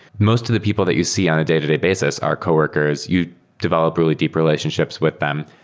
most of the people that you see on a day-to-day basis are coworkers. you develop really deep relationships with them.